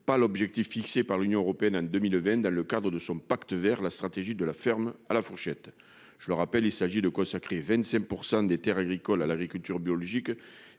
pas l'objectif fixé par l'Union européenne, hein, 2020 dans le cadre de son pacte vers la stratégie de la ferme à la fourchette, je le rappelle, il s'agit de consacrer 25 % des Terres agricoles à l'agriculture biologique